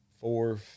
four